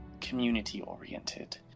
community-oriented